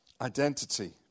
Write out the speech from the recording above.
identity